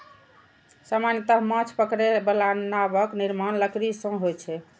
सामान्यतः माछ पकड़ै बला नावक निर्माण लकड़ी सं होइ छै